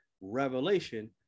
revelation